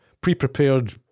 pre-prepared